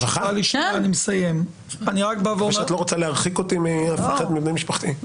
אני מקווה שאת לא רוצה להרחיק אותי מאף אחד מבני משפחתי.